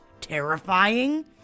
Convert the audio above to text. terrifying